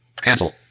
Cancel